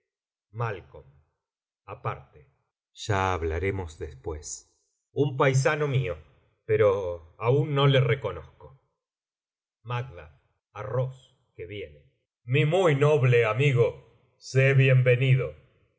ya hablaremos después un paisano mío pero aún no le reconozco a ross que viene mi muy noble amigo sé bien venido